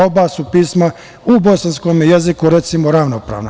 Oba su pisma u bosanskom jeziku, recimo, ravnopravna.